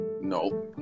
No